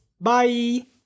Bye